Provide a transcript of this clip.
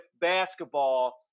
basketball